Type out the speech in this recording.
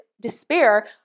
despair